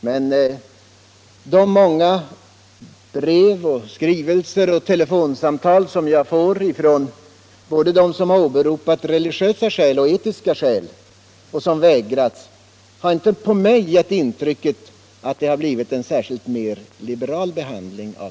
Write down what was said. Men de många brev, skrivelser och telefonsamtal som jag får både från personer som åberopat religiösa skäl och från personer som åberopat etiska skäl och som vägrats vapenfri tjänst har inte givit mig intrycket att det i dag är en mer liberal behandling.